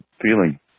feeling